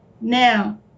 Now